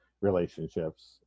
relationships